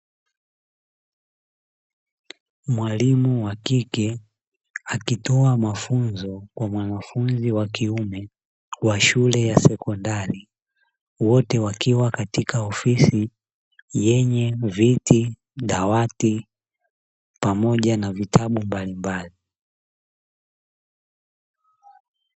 Mwalimu wa kike akitoa mafunzo katika shule ya sekondari wote wakiwa katika ofisi yenye viti, dawati pamoja na vitabu mbalimbali.